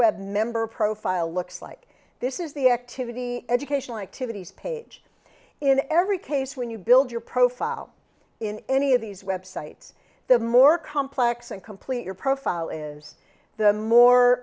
web member profile looks like this is the activity educational activities page in every case when you build your profile in any of these websites the more complex and complete your profile is the more